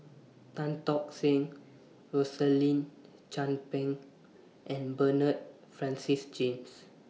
Tan Tock Seng Rosaline Chan Pang and Bernard Francis James